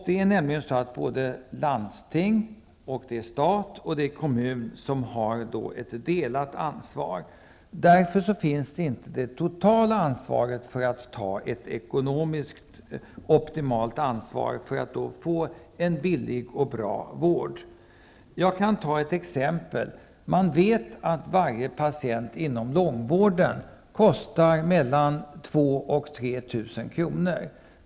Det är nämligen så att stat, landsting och kommun har ett delat ansvar, och därför finns det ingen som kan ta det totala, ekonomiskt optimala ansvaret för en billig och bra vård. Jag kan ta ett exempel. Man vet att varje patient inom långvården kostar mellan 2 000 och 3 000 kr.